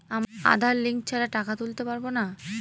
আধার link ছাড়া টাকা তুলতে পারব না?